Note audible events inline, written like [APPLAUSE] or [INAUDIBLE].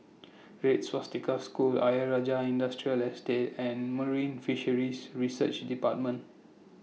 [NOISE] Red Swastika School Ayer Rajah Industrial Estate and Marine Fisheries Research department